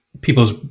people's